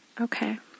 Okay